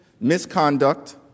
misconduct